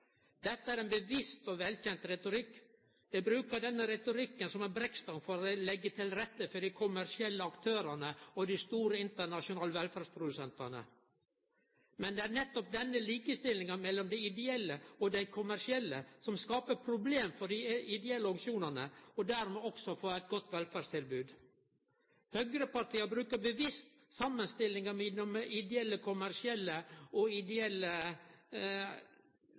Dette er ein bevisst og velkjend retorikk. Dei brukar denne retorikken som ei brekkstong for å leggje til rette for dei kommersielle aktørane og dei store internasjonale velferdsprodusentane. Men det er nettopp denne likestillinga mellom dei ideelle og dei kommersielle som skaper problem for dei ideelle organisasjonane, og dermed også for eit godt velferdstilbod. Høgrepartia brukar bevisst samanstillinga av private ideelle og private kommersielle